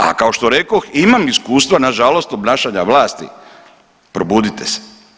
A kao što rekoh imam iskustava nažalost obnašanja vlasti, probudite se.